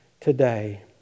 today